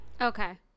Okay